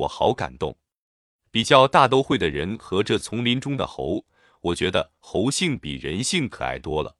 我好感动。比较大都会的人和这丛林中的猴，我觉得猴性比人性可爱多了。